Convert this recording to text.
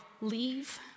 leave